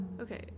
okay